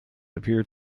appear